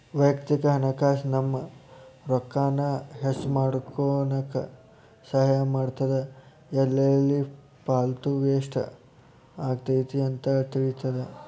ವಯಕ್ತಿಕ ಹಣಕಾಸ್ ನಮ್ಮ ರೊಕ್ಕಾನ ಹೆಚ್ಮಾಡ್ಕೊನಕ ಸಹಾಯ ಮಾಡ್ತದ ಎಲ್ಲೆಲ್ಲಿ ಪಾಲ್ತು ವೇಸ್ಟ್ ಆಗತೈತಿ ಅಂತ ತಿಳಿತದ